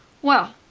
well,